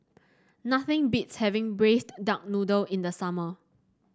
nothing beats having Braised Duck Noodle in the summer